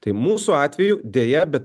tai mūsų atveju deja bet